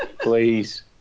please